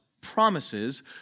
promises